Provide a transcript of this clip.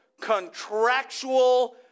contractual